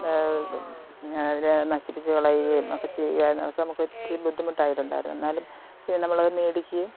അതിനെ നശിപ്പിച്ച് കളയുകയും ഒക്കെ ചെയ്യുവായിരുന്നു അപ്പോൾ നമുക്ക് ഒത്തരി ബുദ്ധിമുട്ടായിട്ടുണ്ടായിരുന്നു എന്നാലും നമ്മളത് മേടിക്കുകയും